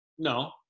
No